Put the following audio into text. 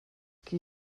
qui